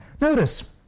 Notice